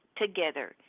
together